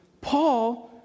Paul